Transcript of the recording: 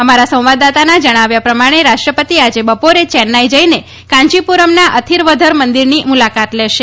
અમારા સંવાદદાતાનાં જણાવ્યા પ્રમાણે રાષ્ટ્રપતિ આજે બપોરે ચેન્નાઈ જઈને કાંચીપુરમના અથિવરધર મંદિરની મુલાકાત લેશે